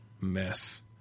mess